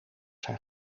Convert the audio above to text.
zijn